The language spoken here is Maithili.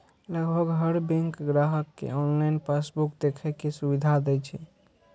लगभग हर बैंक ग्राहक कें ऑनलाइन पासबुक देखै के सुविधा दै छै